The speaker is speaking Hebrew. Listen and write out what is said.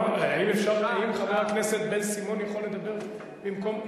האם חבר הכנסת בן-סימון יכול לדבר במקום,